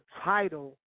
title